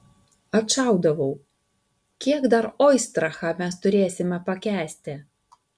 atšaudavau kiek dar oistrachą mes turėsime pakęsti